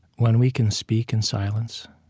when we can speak in silence,